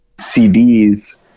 CDs